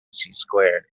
squared